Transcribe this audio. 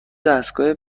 دستگاه